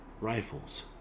rifles